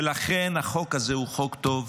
ולכן החוק הזה הוא חוק טוב.